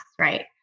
right